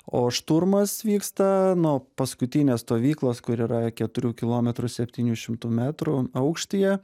o šturmas vyksta nuo paskutinės stovyklos kur yra keturių kilometrų septynių šimtų metrų aukštyje